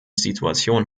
situation